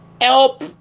help